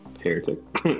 heretic